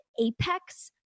apex